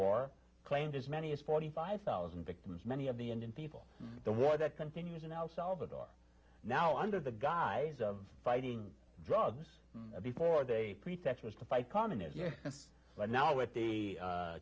war claimed as many as forty five thousand victims many of the indian people the war that continues in el salvador now under the guise of fighting drugs before they pretext was to fight communism but now with the